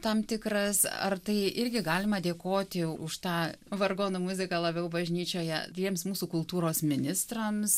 tam tikras ar tai irgi galima dėkoti už tą vargonų muziką labiau bažnyčioje tiems mūsų kultūros ministrams